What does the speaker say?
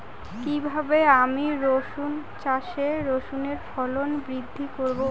কীভাবে আমি রসুন চাষে রসুনের ফলন বৃদ্ধি করব?